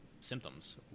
symptoms